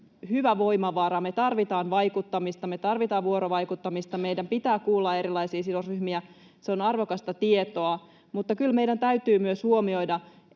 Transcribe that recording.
hyvä voimavara. Me tarvitaan vaikuttamista, me tarvitaan vuorovaikuttamista, meidän pitää kuulla erilaisiin sidosryhmiä. Se on arvokasta tietoa. Mutta kyllä meidän täytyy myös huomioida,